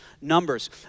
numbers